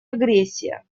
агрессия